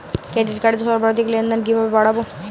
Credit কার্ডের সর্বাধিক লেনদেন কিভাবে বাড়াবো?